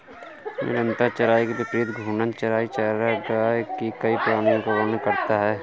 निरंतर चराई के विपरीत घूर्णन चराई चरागाह की कई प्रणालियों का वर्णन करता है